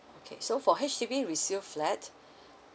okay so for H_D_B resale flat